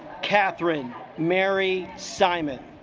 kathryn marry simon